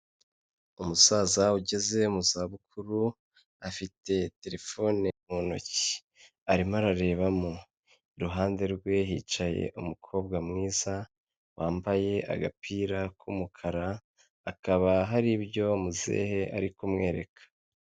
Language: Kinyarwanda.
Umusaza ugeze mu zabukuru, afite terefone mu ntoki, arimo ararebamo. Iruhande rwe hicaye umukobwa mwiza, wambaye agapira k'umukara, hakaba hari ibyo muzehe ari kumwereka.